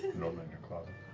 nor but in your closet.